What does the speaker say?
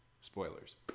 Spoilers